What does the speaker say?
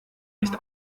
nicht